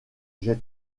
j’ai